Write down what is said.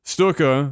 Stuka